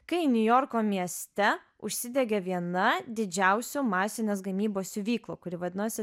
kai niujorko mieste užsidegė viena didžiausių masinės gamybos siuvyklų kuri vadinosi